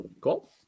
Cool